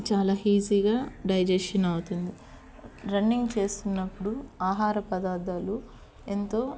చాలా ఈజీగా డైజేషన్ అవుతుంది రన్నింగ్ చేస్తున్నప్పుడు ఆహార పదార్థాలు ఎంతో